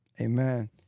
Amen